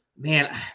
Man